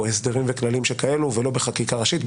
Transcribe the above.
הסדרים וכללים שכאלו ולא בחקיקה ראשית.